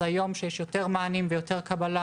אז היום כשיש יותר מענים וכשיש יותר קבלה